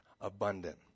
abundant